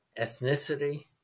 ethnicity